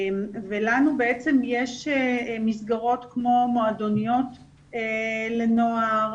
לנו בעצם יש מסגרות כמו מועדוניות לנוער,